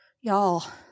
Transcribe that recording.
y'all